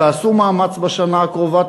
תעשו מאמץ בשנה הקרובה,